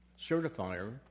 certifier